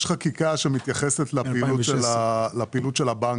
יש חקיקה שמתייחסת לפעילות של הבנקים.